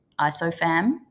isofam